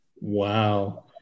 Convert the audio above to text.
Wow